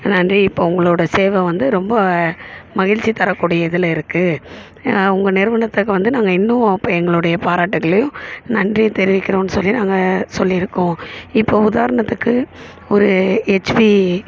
நன்றி இப்போ உங்களோட சேவை வந்து ரொம்ப மகிழ்ச்சி தரக்கூடிய இதில் இருக்குது உங்கள் நிறுவனத்துக்கு வந்து நாங்கள் இன்னும் எங்களுடைய பாராட்டுகளையும் நன்றியையும் தெரிவிக்கிறோம்னு சொல்லி நாங்க சொல்லி இருக்கோம் இப்போது உதாரணத்துக்கு ஒரு ஹெச்பி